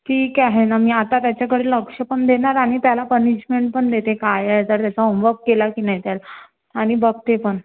ठीक आहे ना मी आता त्याच्याकडे लक्ष पण देणार आणि त्याला पनिशमेंट पण देते काय आहे तर त्याचा होमवर्क केला की नाही तर आणि बघते पण